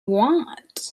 want